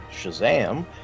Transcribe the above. Shazam